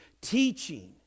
teaching